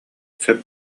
сөп